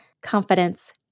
confidence